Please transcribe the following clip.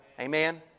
Amen